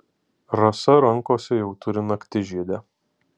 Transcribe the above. rasa rankose jau turi naktižiedę